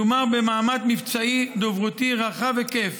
מדובר במאמץ מבצעי-דוברותי רחב היקף